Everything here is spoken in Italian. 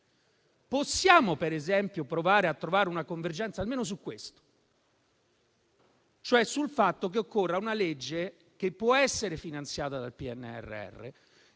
Possiamo per esempio provare a trovare una convergenza almeno su questo, cioè sul fatto che occorra una legge che può essere finanziata dal PNRR,